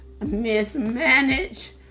mismanage